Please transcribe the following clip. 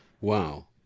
Wow